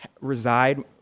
reside